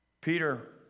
Peter